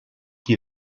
qui